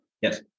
Yes